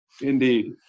Indeed